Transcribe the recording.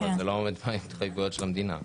עומד בהתחייבויות של המדינה.